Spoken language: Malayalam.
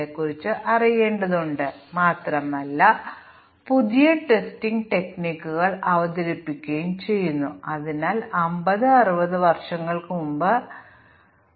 അടുത്തതായി ചെയ്യേണ്ടത് ഞങ്ങൾ മൊഡ്യൂളുകളിൽ യൂണിറ്റ് ടെസ്റ്റിംഗ് നടത്തിയ ഇന്റഗ്രേഷൻ ടെസ്റ്റിംഗ് ആണ് ഇപ്പോൾ മൊഡ്യൂളുകൾ ഇന്റർഫേസ് ശരിയായി പ്രവർത്തിക്കുന്നുണ്ടോ എന്ന് ഞങ്ങൾ പരിശോധിക്കുന്നു